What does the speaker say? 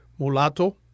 Mulatto